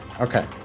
Okay